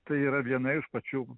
tai yra viena iš pačių